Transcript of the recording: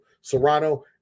Serrano